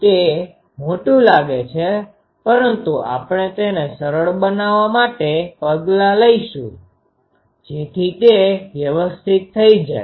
તે મોટું લાગે છે પરંતુ આપણે તેને સરળ બનાવવા માટે પગલાં લઈશું જેથી તે વ્યવસ્થીત થઈ જાય